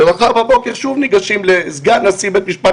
ומחר בבוקר שוב ניגשים לסגן נשיא בית משפט